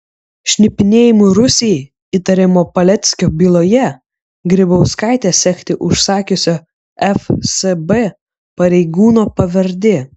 šnipinėjimu rusijai įtariamo paleckio byloje grybauskaitę sekti užsakiusio fsb pareigūno pavardė